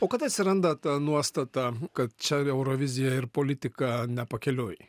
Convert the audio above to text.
o kad atsiranda ta nuostata kad čia eurovizija ir politika ne pakeliui